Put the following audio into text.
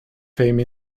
fame